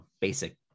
basic